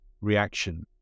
reaction